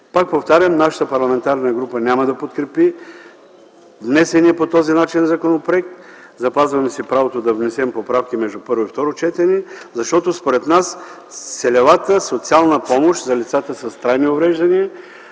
на „Движението за права и свободи”, няма да подкрепи внесения по този начин законопроект. Запазваме си правото да внесем поправки между първо и второ четене, защото според нас целевата социална помощ за лицата с трайни увреждания